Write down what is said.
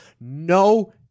no